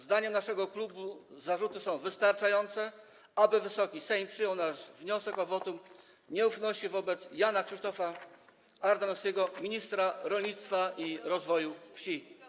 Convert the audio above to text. Zdaniem naszego klubu zarzuty są wystarczające, aby Wysoki Sejm przyjął nasz wniosek o wotum nieufności wobec Jana Krzysztofa Ardanowskiego, ministra rolnictwa i rozwoju wsi.